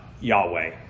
Yahweh